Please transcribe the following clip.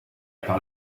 par